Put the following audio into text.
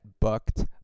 Bucked